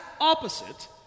opposite